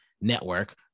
network